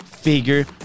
figure